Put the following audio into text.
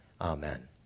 amen